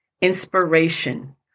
inspiration